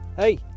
Hey